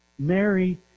Mary